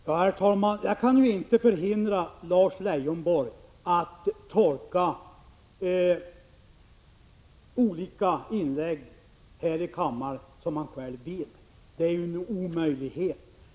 Herr talman! Jag kan inte förhindra Lars Leijonborg att tolka olika inlägg här i kammaren som han själv vill. Det är en omöjlighet.